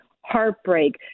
heartbreak